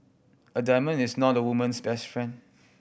a diamond is not a woman's best friend